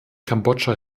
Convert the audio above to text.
kambodscha